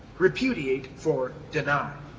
repudiate for deny.